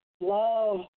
Love